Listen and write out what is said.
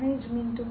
മാനേജ്മെന്റും